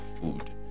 food